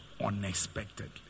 unexpectedly